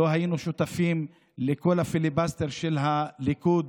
לא היינו שותפים לכל הפיליבסטר של הליכוד